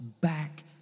back